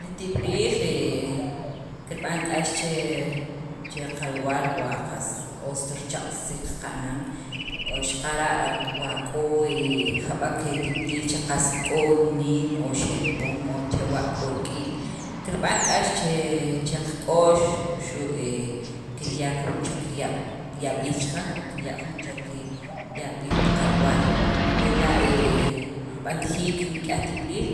L tib'iliil he kirb'an k'ax che che qalwaal, wa qast ost richaq'ajsisik kana'n o xaqara' k'o jab'ek tib'iliil che qas k'o niin o xepon o chewa' k'o rik'in kirb'an k'ax che qak'o'x o xu' he kiryak jun chek rab' yab'iil chaqan o kirya' jun chek yab'iil pi qalwaal ela' he rib'antajiik nik'yaj tib'iliil